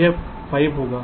यह 5 होगा